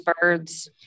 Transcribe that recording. birds